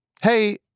Hey